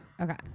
Okay